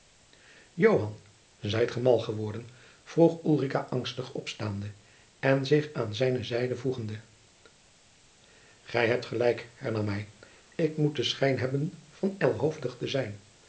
zijt ge mal geworden vroeg ulrica angstig opstaande en zich aan zijne zijde voegende gij hebt gelijk hernam hij ik moet den schijn hebben van ijlhoofdig te zijn